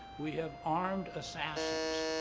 we have armed assassins.